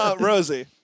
Rosie